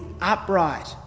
upright